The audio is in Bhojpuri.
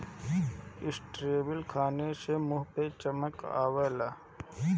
स्ट्राबेरी खाए से मुंह पे चमक आवेला